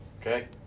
Okay